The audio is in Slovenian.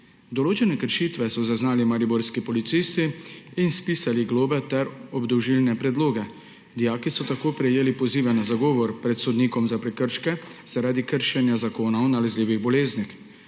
Določene kršitve so zaznali mariborski policisti in spisali globe ter obdolžilne predloge. Dijaki so tako prejeli pozive na zagovor pred sodnikom za prekrške zaradi kršenja Zakona o nalezljivih boleznih.